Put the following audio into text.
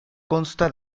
consta